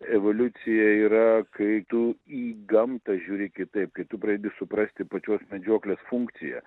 evoliucija yra kai tu į gamtą žiūri kitaip kai tu pradedi suprasti pačios medžioklės funkciją